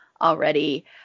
already